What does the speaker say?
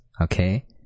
okay